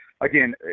again